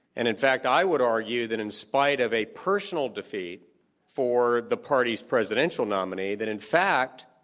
and in fact, i would argue that in spite of a personal defeat for the party's presidential nominee, that in fact,